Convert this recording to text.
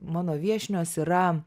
mano viešnios yra